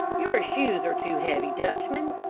your shoes are too heavy, dutchman,